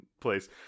place